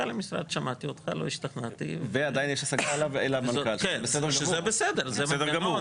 לעניין המומחיות הממונה.